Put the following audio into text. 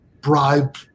bribe